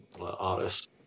artists